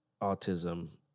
autism